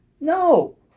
No